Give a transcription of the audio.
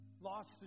lost